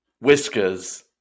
Whiskers